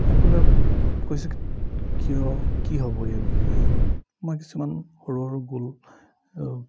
সকলোৱে কৈছে কিয় কি হ'ব এই বিষয়ে মই কিছুমান সৰু সৰু গোল